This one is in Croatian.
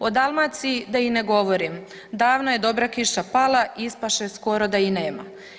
O Dalmaciji da i ne govorim, davno je dobra kiša pala, ispaše skoro da i nema.